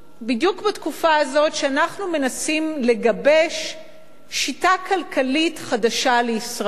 בדיוק בתקופה הזאת שבה אנחנו מנסים לגבש שיטה כלכלית חדשה לישראל.